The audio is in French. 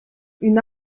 une